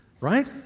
right